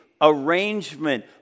arrangement